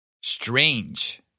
Strange